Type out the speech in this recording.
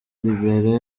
liberia